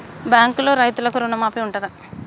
బ్యాంకులో రైతులకు రుణమాఫీ ఉంటదా?